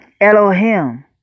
Elohim